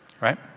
right